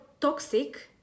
toxic